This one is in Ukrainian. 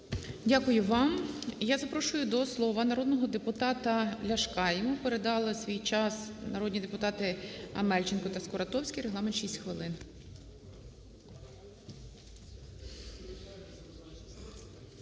Дякую вам. Я запрошую до слова народного депутата Ляшка. Йому передали свій час народні депутатиАмельченко та Скуратовський. Регламент – 6 хвилин.